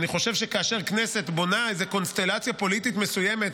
ואני חושב שכאשר כנסת בונה איזה קונסטלציה פוליטית מסוימת,